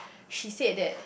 she said that